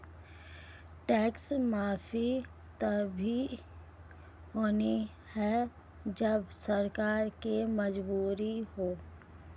tax माफी तभी होती है जब सरकार की मंजूरी हो